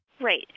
Right